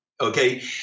okay